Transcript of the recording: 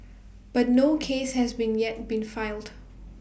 but no case has been yet been filed